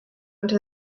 into